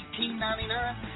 $18.99